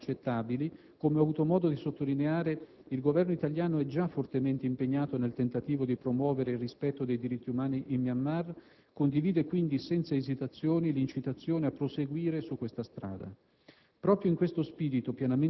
I paragrafi 1 e 3 sono accettabili. Come ho avuto modo di sottolineare, il Governo italiano è già fortemente impegnato nel tentativo di promuovere il rispetto dei diritti umani in Myanmar. Condivide quindi senza esitazioni l'incitazione a proseguire su questa strada.